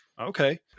okay